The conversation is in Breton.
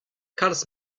kalz